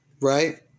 Right